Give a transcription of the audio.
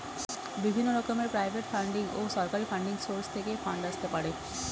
বিভিন্ন রকমের private funding ও সরকারি ফান্ডিং সোর্স থেকে ফান্ড আসতে পারে